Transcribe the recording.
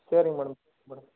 சரிங்க madam madam